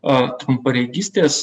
a trumparegystės